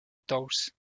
tours